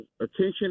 attention